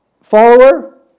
follower